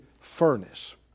furnace